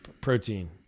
protein